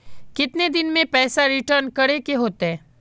कितने दिन में पैसा रिटर्न करे के होते?